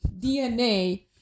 DNA